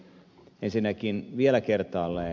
ensinnäkin vielä kertaalleen